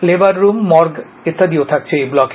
labour room morgue ইত্যাদিও থাকছে এই ব্লকে